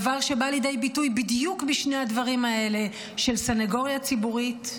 דבר שבא לידי ביטוי בדיוק בשני הדברים האלה: סנגוריה ציבורית,